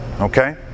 okay